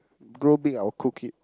grow big I will cook it